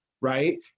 right